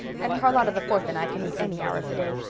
and charlotta the fourth and i can eat any hour of the day.